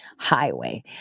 highway